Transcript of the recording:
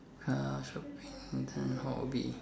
uh shopping as a hobby